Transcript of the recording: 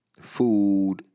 food